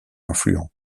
influents